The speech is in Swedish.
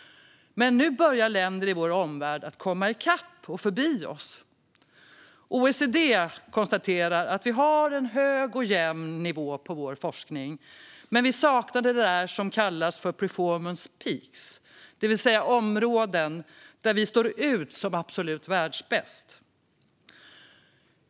Men nu börjar länder i vår omvärld att komma ikapp och förbi oss. OECD konstaterar att vi har en hög och jämn nivå på vår forskning, men vi saknar det där som kallas för performance peaks, det vill säga områden där vi står ut som absolut världsbäst.